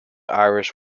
irish